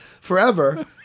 forever